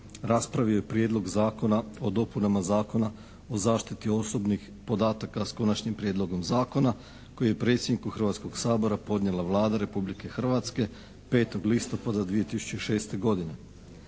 raspravio je Prijedlog zakona o dopunama Zakona o zaštiti osobnih podataka s konačnim prijedlogom zakona koji je predsjedniku Hrvatskog sabora podnijela Vlada Republike Hrvatske 5. listopada 2006. godine.